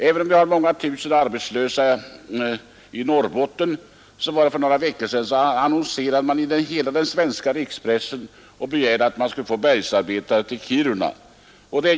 Trots att det finns många tusen arbetslösa i Norrbotten annonserades för några veckor sedan i hela den svenska rikspressen efter bergsarbetare till Kiruna.